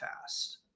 fast